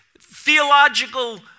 theological